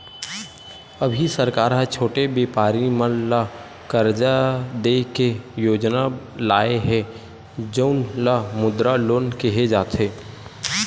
अभी सरकार ह छोटे बेपारी मन ल करजा दे के योजना लाए हे जउन ल मुद्रा लोन केहे जाथे